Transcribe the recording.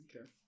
Okay